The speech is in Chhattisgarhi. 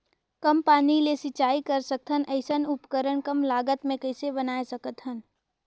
कम पानी ले सिंचाई कर सकथन अइसने उपकरण कम लागत मे कइसे बनाय सकत हन?